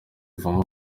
ivamo